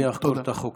מי יחקור את החוקרים.